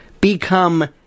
become